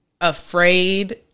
afraid